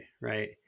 right